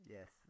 Yes